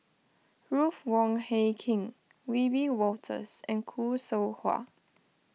Ruth Wong Hie King Wiebe Wolters and Khoo Seow Hwa